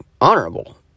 honorable